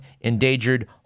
endangered